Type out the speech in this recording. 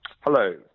Hello